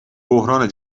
بحران